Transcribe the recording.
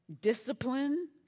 discipline